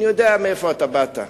אני יודע מאיפה אתה באת,